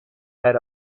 had